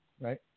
Right